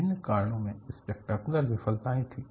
विभिन्न कारणों से स्पैक्टैक्युलर विफलताएँ थी